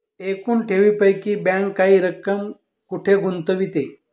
एकूण ठेवींपैकी बँक काही रक्कम कुठे गुंतविते?